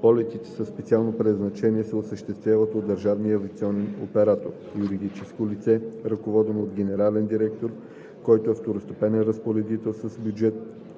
Полетите със специално предназначение се осъществяват от Държавен авиационен оператор – юридическо лице, ръководено от генерален директор, който е второстепенен разпоредител с бюджет